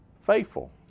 faithful